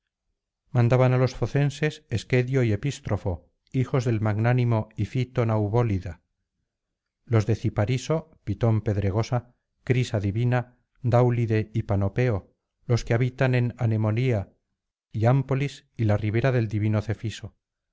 maridaban á los focenses esquedio y epístrofe hijos del magnánimo ifito naubólida los de cipariso pitón pedregosa crisa divina dáulide y panopeo los que habitan en anemoría hiámpolis y la ribera del divino cefiso